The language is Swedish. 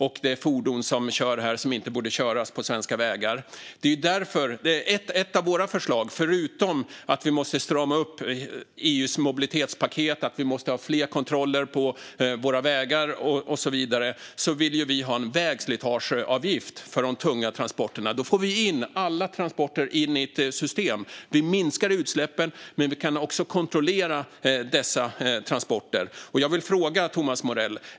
Det finns fordon som körs här som inte borde köras på svenska vägar. Ett av våra förslag, förutom att EU:s mobilitetspaket måste stramas upp och att det måste ske fler kontroller på våra vägar, är att inrätta en vägslitageavgift för de tunga transporterna. Då får vi in alla transporter i ett system, utsläppen minskar och transporterna kan kontrolleras.